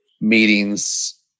meetings